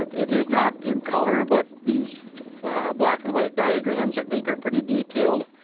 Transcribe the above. it is not in color but these black and white diagrams i think are pretty detailed.